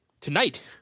tonight